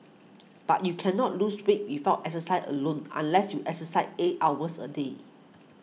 but you cannot lose weight without exercise alone unless you exercise eight hours a day